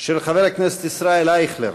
של חבר הכנסת ישראל אייכלר.